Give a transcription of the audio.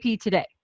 today